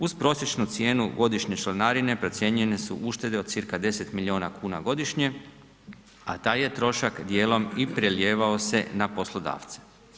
Uz prosječnu cijenu godišnje članarine procijenjene su uštede od cca 10 miliona kuna godišnje, a taj je trošak dijelom prelijevao se i na poslodavca.